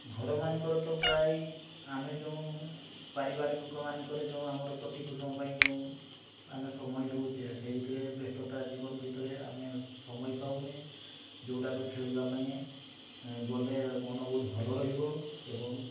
ଘରମାନଙ୍କରେ ତ ପ୍ରାୟ ଆମେ ଯେଉଁ ପାରିବାରିକମାନଙ୍କରେ ଯେଉଁ ଆମର ପ୍ରତିପୋଷଣ ପାଇଁ ଯେଉଁ ଆମେ ସମୟ ଦେଉଛେ ସେହି ଭିତରେ ଏ ବ୍ୟସ୍ତତା ଜୀବନ ଭିତରେ ଆମେ ସମୟ ପାଉନେ ଯେଉଁଟାକୁ ଖେଳିବା ପାଇଁ ଗଲେ ମନ ବହୁତ ଭଲ ରହିବ ଏବଂ